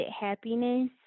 happiness